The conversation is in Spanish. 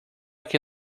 que